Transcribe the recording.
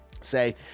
say